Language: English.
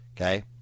Okay